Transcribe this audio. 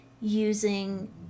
Using